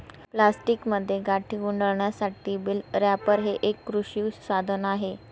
प्लास्टिकमध्ये गाठी गुंडाळण्यासाठी बेल रॅपर हे एक कृषी साधन आहे